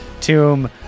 Tomb